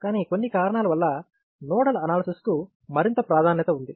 కానీ కొన్ని కారణాల వల్ల నోడల్ అనాలసిస్ కు మరింత ప్రాధాన్యత ఉంది